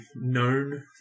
known